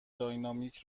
دینامیک